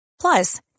Plus